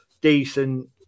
decent